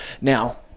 Now